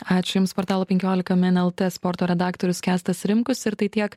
ačiū jums portalo penkiolika min elte sporto redaktorius kęstas rimkus ir tai tiek